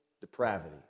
depravity